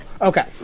Okay